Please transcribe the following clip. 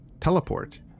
teleport